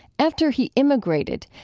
after he emigrated,